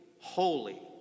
holy